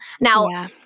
Now